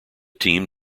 team